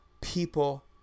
People